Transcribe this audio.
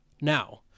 Now